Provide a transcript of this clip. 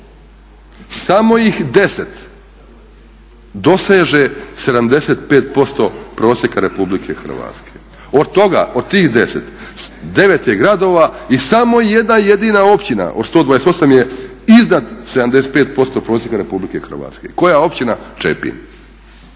Samo ih 10 doseže 75% prosjeka Republike Hrvatske. Od toga, od tih 10, 9 je gradova i samo jedna jedina općina od 128 je iznad 75% prosjeka Republike Hrvatske. Koja općina? Čepin.